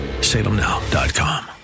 salemnow.com